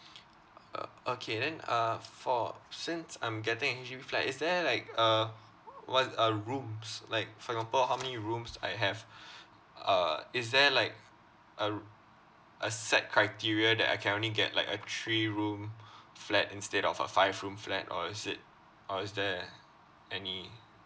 uh okay then uh for since I'm getting a H_D_B flat is there like uh what uh rooms like for example how many rooms I have uh is there like a r~ a set criteria that I can only get like a three room flat instead of a five room flat or is it or is there any